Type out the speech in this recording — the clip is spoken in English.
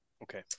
Okay